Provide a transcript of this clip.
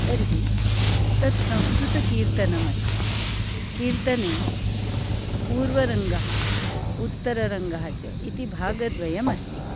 तर्हि तत् संस्कृतकीर्तनमस्ति कीर्तने पूर्वरङ्गः उत्तररङ्गः च इति भागद्वयमस्ति